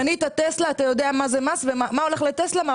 קנית "טסלה" - אתה יודע מה הולך ל"טסלה",